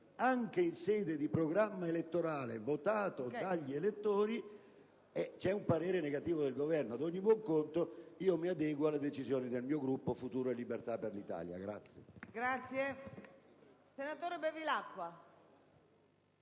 anche in sede di programma elettorale votato dagli elettori, c'è un parere negativo da parte del Governo. Ad ogni buon conto, io mi adeguo alle decisioni del mio Gruppo, Futuro e Libertà per l'Italia.